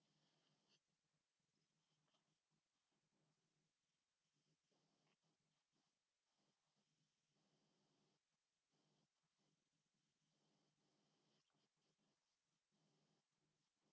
s